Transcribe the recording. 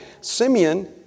Simeon